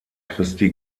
christi